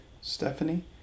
Stephanie